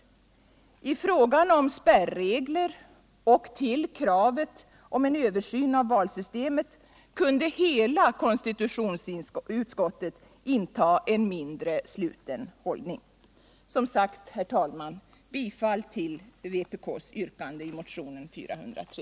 När det gäller frågan om spärregler och kravet om en översyn av valsystemet kunde hela konstitutionsutskottet inta en mindre sluten håll ning. Herr talman! Jag yrkar, som sagt, bifall till vpk:s yrkande i motionen 403.